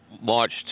marched